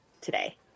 today